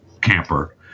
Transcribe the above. camper